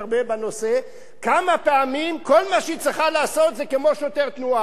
כמה פעמים כל מה שהיא צריכה לעשות זה כמו שוטר תנועה: אתה תלך לשם,